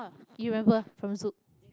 you remember from Zouk